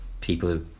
people